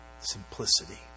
simplicity